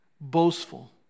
boastful